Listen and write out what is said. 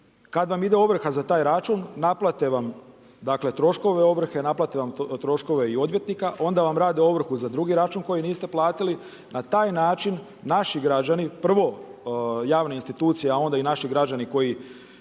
kada vam ide ovrha za taj račun, naplate vam dakle troškove ovrhe, naplate vam troškove i odvjetnika, onda vam rade ovrhu za drugi račun koji niste platili. Na taj način naši građani, prvo, javne institucije a onda i naši građani koji